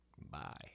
Bye